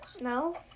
No